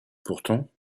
pourtant